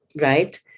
right